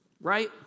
right